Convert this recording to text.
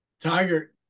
Tiger